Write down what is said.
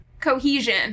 Cohesion